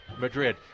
Madrid